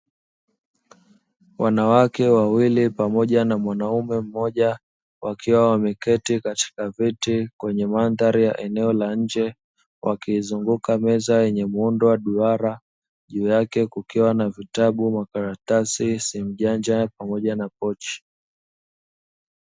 Wanawake wawili pamoja na mwanaume mmoja wakiwa wameketi katika viti kwenye mandhari ya eneo la nje wakiizunguka meza yenye muundo wa duara juu yake kukiwa na vitabu, makaratasi, simu janja pamoja na pochi.